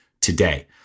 today